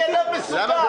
אני אדם מסודר.